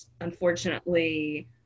unfortunately